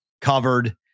covered